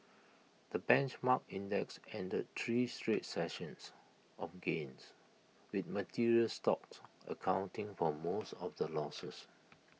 the benchmark index ended three straight sessions of gains with materials stocks accounting for most of the losses